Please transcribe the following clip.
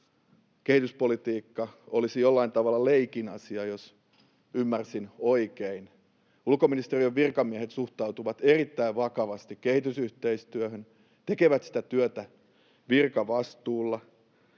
kehityspolitiikka olisi jollain tavalla leikin asia, jos ymmärsin oikein. Ulkoministeriön virkamiehet suhtautuvat erittäin vakavasti kehitysyhteistyöhön ja tekevät sitä työtä virkavastuulla.